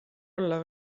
olla